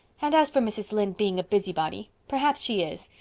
and as for mrs. lynde being a busybody, perhaps she is.